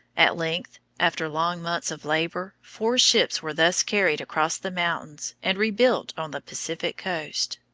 at length, after long months of labor, four ships were thus carried across the mountains and rebuilt on the pacific coast.